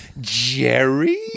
Jerry